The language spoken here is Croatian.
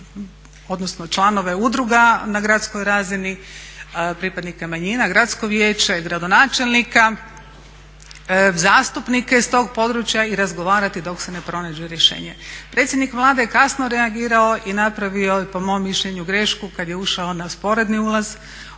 odnosno članove udruga na gradskoj razini, pripadnike manjina, gradsko vijeće i gradonačelnika, zastupnike s tog područja i razgovarati dok se ne pronađe rješenje. Predsjednik Vlade je kasno reagirao i napravio, po mom mišljenju, grešku kad je ušao na sporedni ulaz